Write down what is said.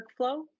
workflow